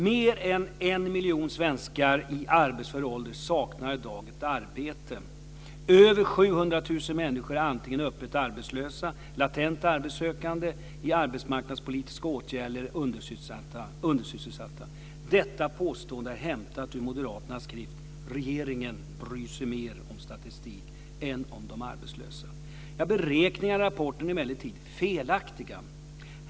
Mer än en miljon svenskar i arbetsför ålder saknar i dag ett arbete. Över 700 000 människor är antingen öppet arbetslösa, latent arbetssökande, i arbetsmarknadspolitiska åtgärder eller undersysselsatta. Detta påstående är hämtat ur Moderaternas skrift Regeringen bryr sig mer om statistik än om de arbetslösa. Beräkningarna i rapporten är emellertid felaktiga.